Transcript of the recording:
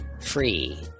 free